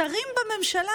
שרים בממשלה,